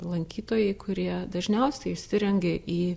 lankytojai kurie dažniausiai išsirengia į